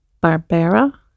Barbara